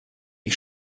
ich